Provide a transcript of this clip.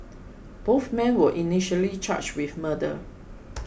both men were initially charged with murder